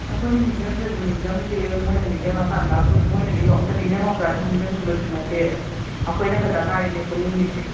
ꯑꯩꯈꯣꯏꯅ ꯅꯤꯡꯁꯤꯡꯗ꯭ꯔꯗꯤ ꯅꯤꯡꯁꯤꯡꯗꯦ ꯃꯣꯏꯅ ꯅꯤꯡꯁꯤꯡꯉ ꯀꯥꯟꯗ ꯃꯣꯏꯅꯗꯤ ꯅꯣꯡꯃꯇ ꯅꯤꯡꯁꯤꯡꯉꯛꯄ꯭ꯔꯁꯨ ꯅꯤꯡꯁꯤꯡꯕꯤꯕꯁꯨ ꯅꯠꯇꯦ ꯑꯩꯈꯣꯏꯅ ꯈꯛꯇ ꯉꯥꯏꯔꯦꯅꯦ ꯄꯨꯟꯅꯤꯡꯏꯁꯦ